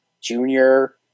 junior